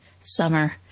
summer